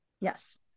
Yes